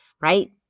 right